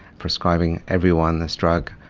prescribing everyone this drug.